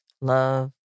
love